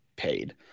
Paid